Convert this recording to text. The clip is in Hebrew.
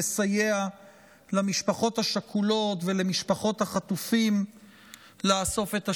לסייע למשפחות השכולות ולמשפחות החטופים לאסוף את השברים.